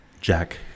jack